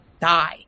die